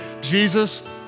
Jesus